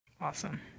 awesome